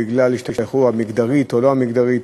בגלל השתייכותו המגדרית או הלא-המגדרית,